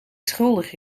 schuldig